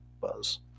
buzz